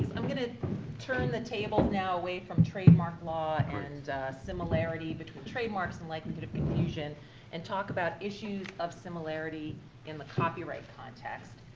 i'm gonna turn the tables now away from trademark law and similarity between trademarks and likelihood of confusion and talk about issues of similarity in the copyright context.